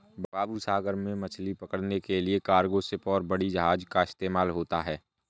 बाबू सागर में मछली पकड़ने के लिए कार्गो शिप और बड़ी जहाज़ का इस्तेमाल होता है